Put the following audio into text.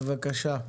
בבקשה.